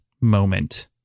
moment